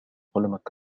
قلمك